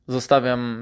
Zostawiam